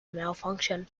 malfunction